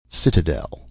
Citadel